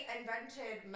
invented